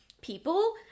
people